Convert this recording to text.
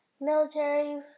military